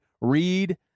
read